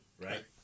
right